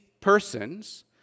persons